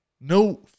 no